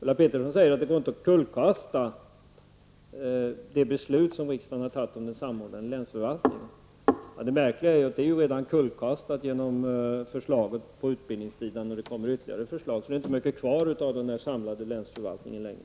Ulla Pettersson säger att det inte går att kullkasta det beslut som riksdagen har fattat om den samordnade länsförvaltningen. Det märkliga är ju att det redan är kullkastat genom förslaget på utbildningssidan. Och det kommer ytterligare förslag, så det är inte mycket kvar av den samlade länsförvaltningen längre.